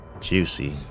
juicy